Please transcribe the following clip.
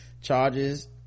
Charges